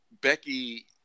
Becky